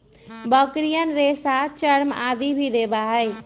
बकरियन रेशा, चर्म आदि भी देवा हई